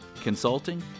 consulting